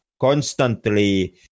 constantly